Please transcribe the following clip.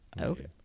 okay